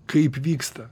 kaip vyksta